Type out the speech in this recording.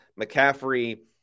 McCaffrey